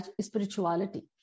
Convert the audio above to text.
spirituality